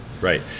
Right